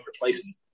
replacement